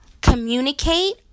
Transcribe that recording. communicate